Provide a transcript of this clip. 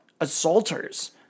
assaulters